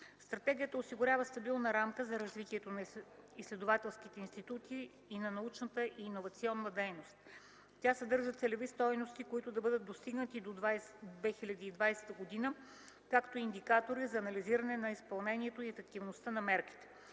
Стратегията осигурява стабилна рамка за развитието на изследователските институции и на научната и иновационна дейност. Тя съдържа целеви стойности, които да бъдат достигнати до 2020 г., както и индикатори за анализиране на изпълнението и ефективността на мерките.